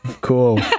Cool